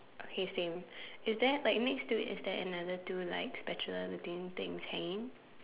okay same is there like next to it is there another two like spatula looking things hanging